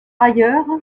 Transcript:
ailleurs